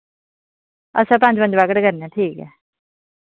अच्छा पंज पंज पैकेट करने ठीक ऐ